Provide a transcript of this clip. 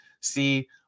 see